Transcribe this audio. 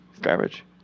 Garbage